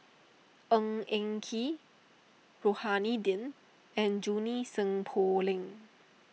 Ng Eng Kee Rohani Din and Junie Sng Poh Leng